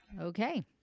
Okay